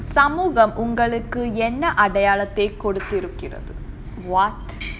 சமூகம் உங்களுக்கு என்ன அடையாளத்தை கொடுத்திருக்கிறது என்ன அடையாளம்னா:samugam ungaluku enna adayalathai koduthirukirathu enna adayalamna